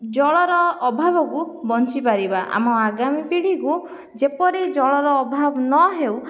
ଜଳର ଅଭାବକୁ ବଞ୍ଚିପାରିବା ଆମ ଆଗାମୀ ପିଢ଼ିକୁ ଯେପରି ଜଳର ଅଭାବ ନହେଉ